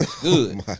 Good